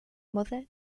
mother